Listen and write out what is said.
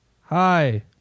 Hi